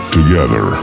Together